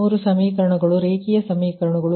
ಈ ಮೂರು ಸಮೀಕರಣಗಳು ರೇಖಿಯ ಸಮೀಕರಣಗಳು